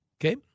okay